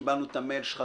קיבלנו את המייל שלך,